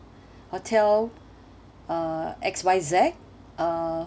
hotel uh X Y Z uh